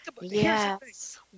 yes